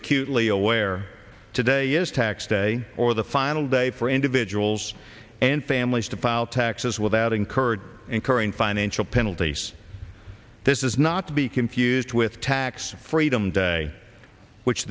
acutely aware today is tax day or the final day for individuals and families to file to says without incurred incurring financial penalties this is not to be confused with tax freedom day which